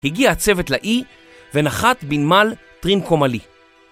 הגיע הצוות לאי, ונחת בנמל טרין קומלי.